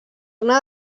una